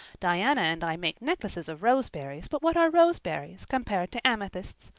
diana and i make necklaces of roseberries but what are roseberries compared to amethysts?